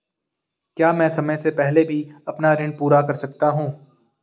क्या मैं समय से पहले भी अपना ऋण पूरा कर सकता हूँ?